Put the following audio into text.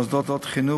מוסדות חינוך,